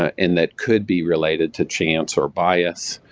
and that could be related to chance or bias.